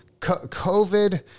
covid